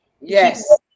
Yes